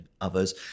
others